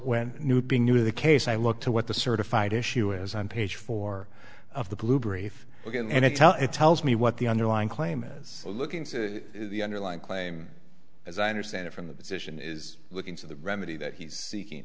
when new opinion of the case i look to what the certified issue is on page four of the blue brief look and i tell it tells me what the underlying claim is looking to the underlying claim as i understand it from the position is looking to the remedy that he's seeking